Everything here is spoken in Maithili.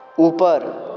ऊपर